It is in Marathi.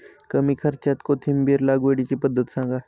कमी खर्च्यात कोथिंबिर लागवडीची पद्धत सांगा